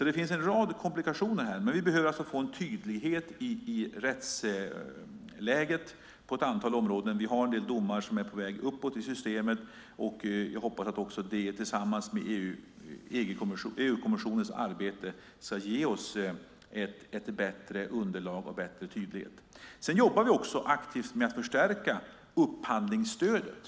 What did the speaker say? Det finns en rad komplikationer. Vi behöver få en tydlighet i rättsläget på ett antal områden. Vi har en del domar som är på väg uppåt i systemet. Jag hoppas att det tillsammans med EU-kommissionens arbete ska ge oss ett bättre underlag och bättre tydlighet. Vi jobbar också aktivt med att förstärka upphandlingsstödet.